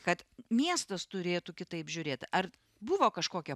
kad miestas turėtų kitaip žiūrėt ar buvo kažkokie